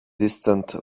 distant